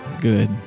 Good